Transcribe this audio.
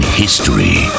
history